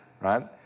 right